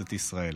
בכנסת ישראל.